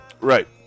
Right